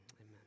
amen